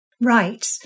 Right